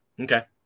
Okay